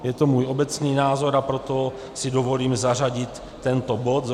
Je to můj obecný názor, a proto si dovolím zařadit tento bod.